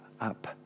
up